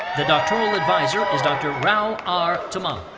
the doctoral advisor is dr. rao r. tummala.